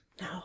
No